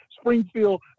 Springfield